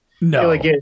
No